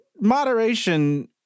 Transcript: moderation